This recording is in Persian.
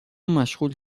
مشغول